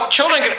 Children